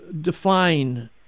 define